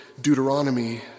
Deuteronomy